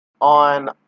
on